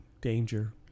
danger